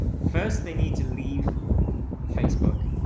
first they need to leave facebook.